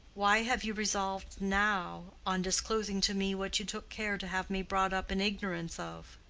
why have you resolved now on disclosing to me what you took care to have me brought up in ignorance of?